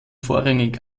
vorrangig